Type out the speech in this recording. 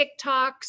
TikToks